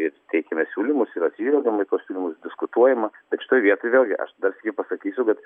ir teikiame siūlymus yra atsižvelgiama į tuos siūlymus diskutuojama tik šitoj vietoj vėlgi aš dar sykį pasakysiu kad